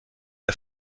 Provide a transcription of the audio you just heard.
der